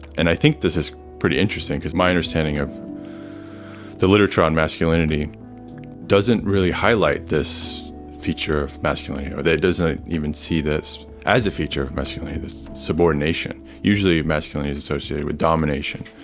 and i think this is pretty interesting because my understanding of the literature on masculinity doesn't really highlight this feature of masculinity, or doesn't ah even see this as a feature of masculinity, this subordination. usually, masculinity is associated with domination,